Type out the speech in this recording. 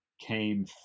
came